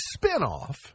spinoff